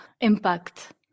impact